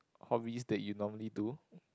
hobbies that you normally do